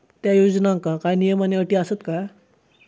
त्या योजनांका काय नियम आणि अटी आसत काय?